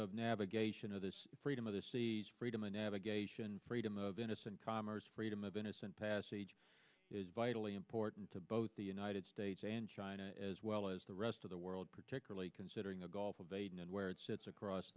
of navigation of this freedom of the seas freedom of navigation freedom of innocent commerce freedom of innocent passage is vitally important to both the united states and china as well as the rest of the world particularly considering the gulf of aden and where it sits across